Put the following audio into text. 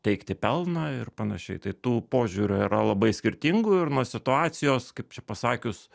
teikti pelną ir panašiai tai tų požiūriu yra labai skirtingų ir nuo situacijos kaip čia pasakius